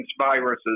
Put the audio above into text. viruses